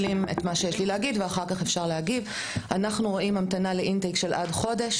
אנחנו רואים המתנה של עד חודש ל-intake,